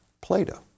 Plato